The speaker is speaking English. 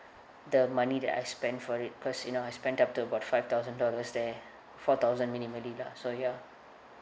the money that I spent for it because you know I spent up to about five thousand dollars there four thousand minimally lah so ya